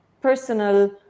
personal